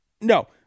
No